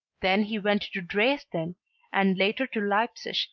then he went to dresden and later to leipzig,